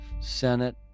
Senate